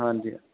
ਹਾਂਜੀ ਹਾਂ